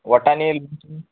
वाटाणे